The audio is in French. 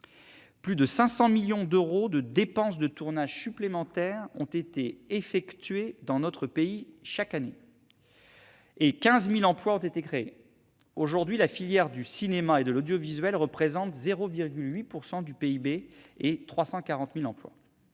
Plus de 500 millions d'euros de dépenses de tournage supplémentaires ont été effectuées dans notre pays chaque année. Enfin, 15 000 emplois ont été créés. Aujourd'hui, la filière du cinéma et de l'audiovisuel représente 0,8 % du PIB et 340 000 emplois.